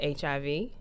HIV